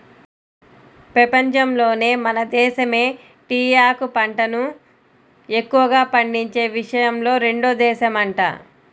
పెపంచంలోనే మన దేశమే టీయాకు పంటని ఎక్కువగా పండించే విషయంలో రెండో దేశమంట